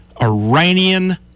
Iranian